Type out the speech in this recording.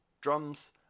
drums